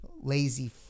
lazy